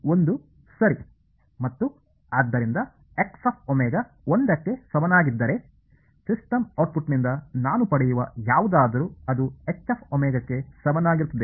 1 ಸರಿ ಮತ್ತು ಆದ್ದರಿಂದ 1 ಕ್ಕೆ ಸಮನಾಗಿದ್ದರೆ ಸಿಸ್ಟಮ್ ಔಟ್ ಪುಟ್ನಿಂದ ನಾನು ಪಡೆಯುವ ಯಾವುದಾದರೂ ಅದು ಸಮಾನವಾಗಿರುತ್ತದೆ